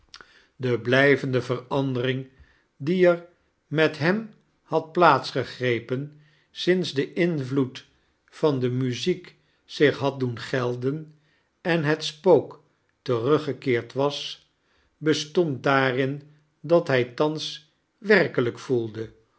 de blijvende verandering die er met hem had plaafcs gjegrepea siads die invloed van de muziek zich had doen geldea en het spook teruggekeerd was bestond daarin dat hij thans werkelrjk voelde